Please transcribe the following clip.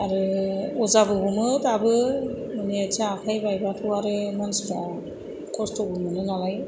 आरो अजाबो हमो दाबो मानि आथिं आखाइ बायबाथ' आरो मानसिफ्रा खस्थ'बो मोनो नालाय